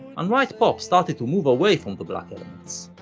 and white pop started to move away from the black elements.